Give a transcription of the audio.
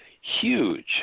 huge